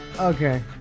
Okay